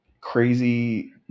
crazy